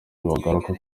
bagaruka